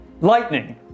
lightning